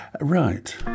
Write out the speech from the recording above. Right